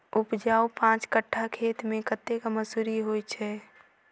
उपजाउ पांच कट्ठा खेत मे कतेक मसूरी होइ छै?